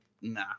nah